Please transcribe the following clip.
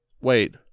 wait